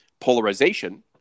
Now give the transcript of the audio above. polarization